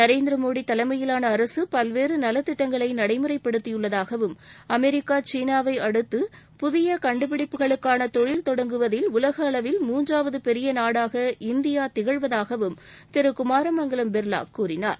நரேந்திரமோடி தலைமையிலான அரசு பல்வேறு நலத்திட்டங்களை நடைமுறைப்படுத்தியுள்ளதாகவும் அமெரிக்கா சீனாவை அடுத்து புதிய கண்டுபிடிப்புகளுக்கான தொழில் தொடங்குவதில் உலகளவில் முன்றாவது பெரிய நாடாக இந்தியா திகழ்வதாகவும் திரு குமாரமங்கலம் பிர்லா கூறினார்